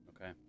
Okay